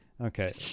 Okay